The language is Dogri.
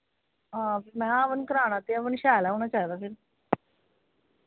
हां फ्ही महै हवन कराना ते हवन शैल गै होना चाहिदा फिर